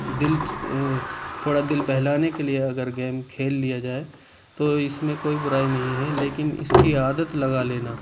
دل تھوڑا دل بہلانے کے لیے اگر گیم کھیل لیا جائے تو اس میں کوئی برائی نہیں ہے لیکن اس کی عادت لگا لینا